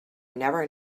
never